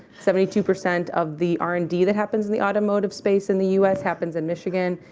seventy two percent of the r and d that happens in the automotive space in the u s. happens in michigan.